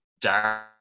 dark